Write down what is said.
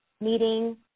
meeting